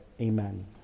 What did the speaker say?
Amen